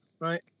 right